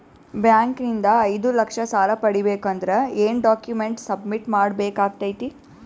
Bank ನಿಂದ ಐದು ಲಕ್ಷ ಸಾಲ ಪಡಿಬೇಕು ಅಂದ್ರ ಏನ ಡಾಕ್ಯುಮೆಂಟ್ ಸಬ್ಮಿಟ್ ಮಾಡ ಬೇಕಾಗತೈತಿ?